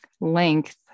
length